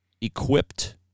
equipped